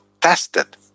tested